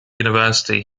university